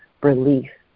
relief